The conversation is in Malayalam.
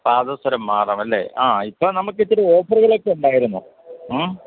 പാദസരം മാറണമല്ലെ ആ ഇപ്പോൾ നമുക്ക് ഇത്തിരി ഓഫറുകളൊക്കെ ഉണ്ടായിരുന്നു ആ